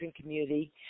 community